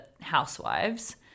housewives